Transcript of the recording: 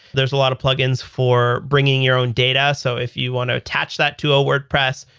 there's a lot of plug-ins for bringing your own data. so if you want to attach that to a wordpress,